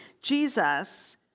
Jesus